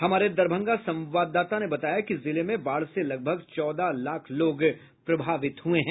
हमारे दरभंगा संवाददाता ने बताया कि जिले में बाढ़ से लगभग चौदह लाख लोग प्रभावित हुए हैं